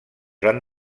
van